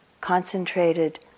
concentrated